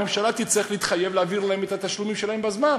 הממשלה תצטרך להתחייב להעביר להן את התשלומים שלהן בזמן.